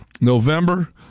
November